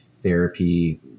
therapy